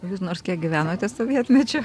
jūs nors kiek gyvenote sovietmečiu